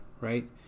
right